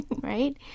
right